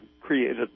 created